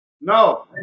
No